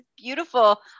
beautiful